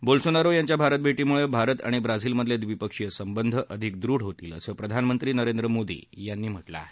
Bolsonaro यांच्या भारतभेधीमुळे भारत आणि ब्राझीलमधले द्विपक्षीय संबंध अधिक दृढ होतील असं प्रधानमंत्री नरेंद्र मोदी यांनी म्हाजिं आहे